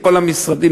מכל המשרדים,